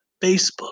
Facebook